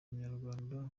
munyarwanda